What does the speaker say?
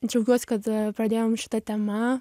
džiaugiuosi kad pradėjom šita tema